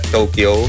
Tokyo